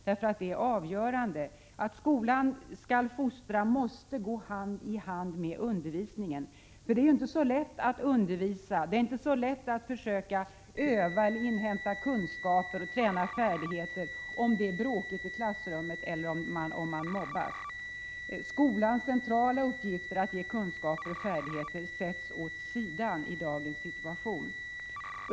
Det är avgörande. Skolans fostran måste gå hand i hand med undervisningen. Det är inte så lätt att undervisa, och det är inte lätt att öva eller inhämta kunskaper och träna färdigheter, om det är bråkigt i klassrummet eller om man mobbas. Skolans centrala uppgift att ge kunskaper och färdigheter sätts åt sidan i dagens situation.